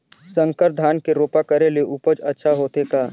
संकर धान के रोपा करे ले उपज अच्छा होथे का?